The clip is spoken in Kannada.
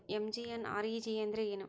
ಎಂ.ಜಿ.ಎನ್.ಆರ್.ಇ.ಜಿ.ಎ ಅಂದ್ರೆ ಏನು?